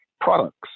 products